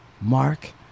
Mark